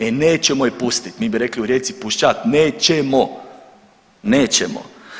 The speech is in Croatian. E nećemo je pustit, mi bi rekli u Rijeci pušćat nećemo, nećemo.